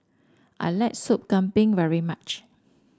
I like Sup Kambing very much